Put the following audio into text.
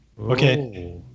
Okay